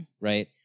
right